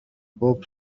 بوب